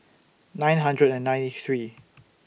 nine hundred and ninety three